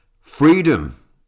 freedom